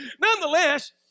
nonetheless